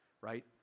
right